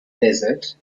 desert